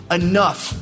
enough